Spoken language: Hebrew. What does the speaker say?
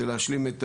זה להשלים את